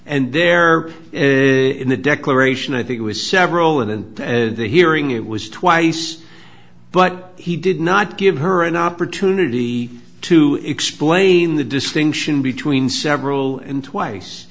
and there in the declaration i think it was several in the hearing it was twice but he did not give her an opportunity to explain the distinction between several and twice